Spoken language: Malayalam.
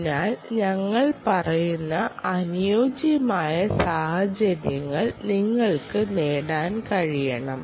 അതിനാൽ ഞങ്ങൾ പറയുന്ന അനുയോജ്യമായ സാഹചര്യത്തിൽ നിങ്ങൾക്ക് നേടാൻ കഴിയണം